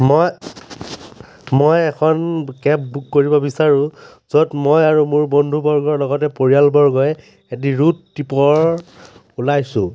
মই মই এখন কেব বুক কৰিব বিচাৰো য'ত মই আৰু মোৰ বন্ধুবৰ্গৰ লগতে পৰিয়ালবৰ্গই এটি ৰোড ট্ৰিপৰ ওলাইছোঁ